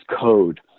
code